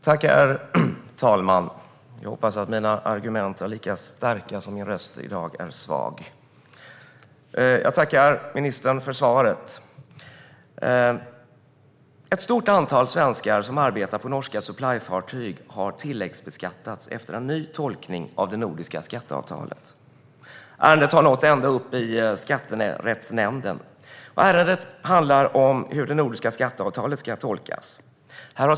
Herr talman! Jag hoppas att mina argument ska vara lika starka som min förkylda röst är svag. Jag tackar ministern för svaret. Ett stort antal svenskar som arbetar på norska supplyfartyg har tilläggsbeskattats efter en ny tolkning av det nordiska skatteavtalet. Ärendet har nått ända upp i Skatterättsnämnden, och det handlar om hur det nordiska skatteavtalet ska tolkas.